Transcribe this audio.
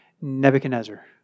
Nebuchadnezzar